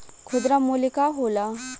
खुदरा मूल्य का होला?